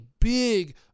big